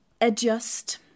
adjust